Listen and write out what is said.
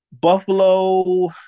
Buffalo